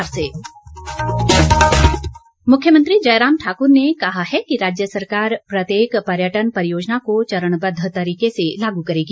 पर्यटन मुख्यमंत्री जयराम ठाक्र ने कहा है कि राज्य सरकार प्रत्येक पर्यटन परियोजना को चरणबद्द तरीके से लागू करेगी